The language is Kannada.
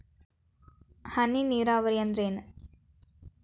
ಹನಿ ನೇರಾವರಿ ಅಂದ್ರ ಏನ್?